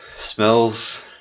smells